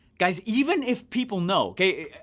guys, even if people know, kay,